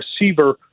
receiver